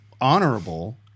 honorable